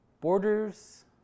Borders